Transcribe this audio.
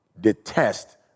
detest